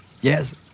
Yes